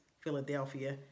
Philadelphia